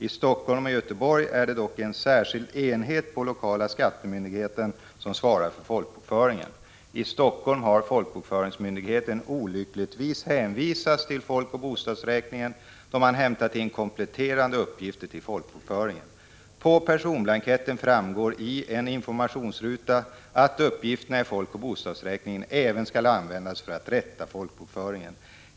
I Helsingfors och Göteborg är det dock en särskild enhet I Helsingfors har folkbokföringsmyndigheten olyckligtvis hänvisat till folk 5 december 1985 och bostadsräkningen då man hämtat in kompletterande uppgifter till. Za folkbokföringen. På personblanketten framgår i en informationsruta att uppgifterna i folkoch bostadsräkningen även skall användas för att rätta folkbokföringen.